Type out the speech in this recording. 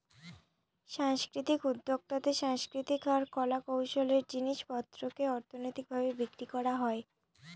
সাংস্কৃতিক উদ্যক্তাতে সাংস্কৃতিক আর কলা কৌশলের জিনিস পত্রকে অর্থনৈতিক ভাবে বিক্রি করা হয়